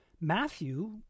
Matthew